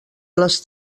les